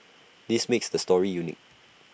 this makes the store unique